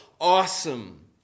awesome